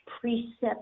precept